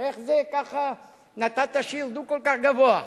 איך זה ככה נתת שירדו כל כך גבוה?